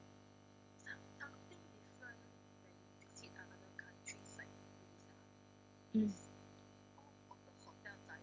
mm